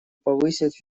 повысить